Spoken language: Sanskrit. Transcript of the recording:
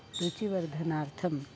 रुचिवर्धनार्थं